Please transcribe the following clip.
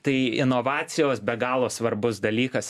tai inovacijos be galo svarbus dalykas